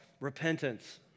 repentance